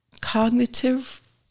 cognitive